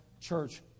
church